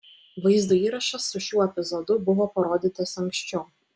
vaizdo įrašas su šiuo epizodu buvo parodytas anksčiau